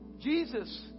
Jesus